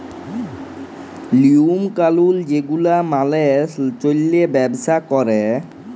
লিওম কালুল যে গুলা মালে চল্যে ব্যবসা ক্যরে